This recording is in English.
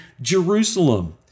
Jerusalem